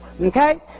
Okay